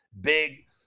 big